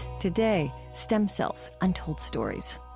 today, stem cells untold stories.